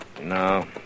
No